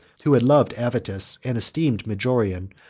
who had loved avitus, and esteemed majorian,